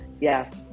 Yes